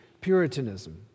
Puritanism